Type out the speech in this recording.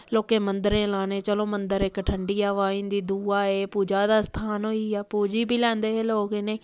लोकें मंदरें लाने चलो मंदर इक ठंडी हवा होई जंदी दूआ एह् पूजा दा स्थान होई गेआ पूज्जी बी लैंदे हे लोग इ'नें गी